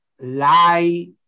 lie